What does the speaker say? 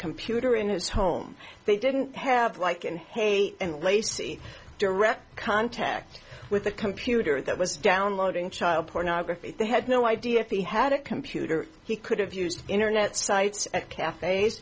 computer in his home they didn't have like and they and lacy direct contact with the computer that was downloading child pornography they had no idea if he had a computer he could have used internet sites at cafes